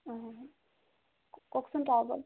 অ কওকচোন তাৰ ওপৰত